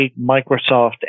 Microsoft